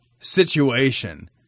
situation